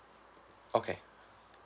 okay